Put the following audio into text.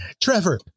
Trevor